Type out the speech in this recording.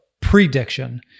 prediction